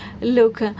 Look